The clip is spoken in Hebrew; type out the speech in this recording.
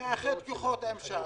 נאחד כוחות עם ש"ס.